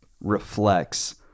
reflects